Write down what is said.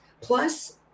plus